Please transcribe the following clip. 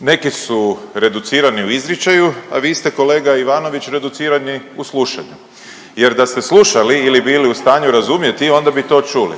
Neki su reducirani u izričaju, a vi ste kolega Ivanović reducirani u slušanju. Jer da ste slušali ili bili u stanju razumjeti, onda bi to čuli.